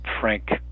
frank